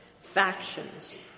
factions